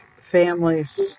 families